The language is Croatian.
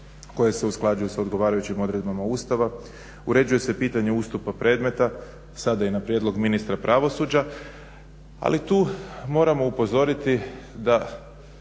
koja se usklađuje s odgovarajućim odredbama Ustava, uređuje se pitanje ustupnog predmeta sada i na prijedlog ministra pravosuđa ali tu moramo upozoriti da